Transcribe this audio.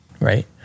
right